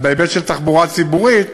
בהיבט של תחבורה ציבורית,